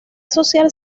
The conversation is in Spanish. social